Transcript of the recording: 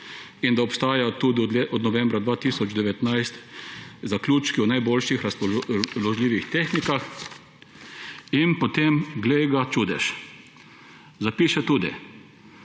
in da obstaja tudi od novembra 2019 zaključki o najboljših razpoložljivih tehnikah – in potem glej ga čudež zapiše tudi: